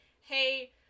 hey